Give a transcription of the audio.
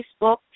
Facebook